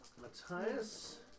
Matthias